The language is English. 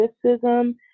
criticism